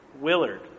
Willard